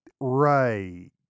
right